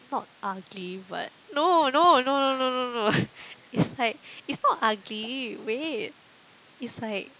not ugly but no no no no no no no it's like it's not ugly wait it's like